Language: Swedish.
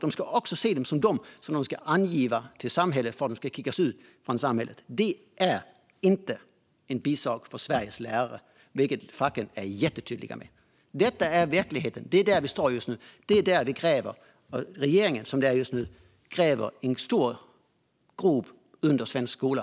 De ska också se dem som personer som de ska ange för samhället för att de ska kunna kickas ut från samhället. Det är inte en bisak för Sveriges lärare, vilket facket är jättetydligt med. Detta är verkligheten; det är där vi står just nu. Det är där vi gräver. Regeringen gräver just nu en stor grop under svensk skola.